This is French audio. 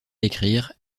écrire